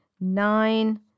Nine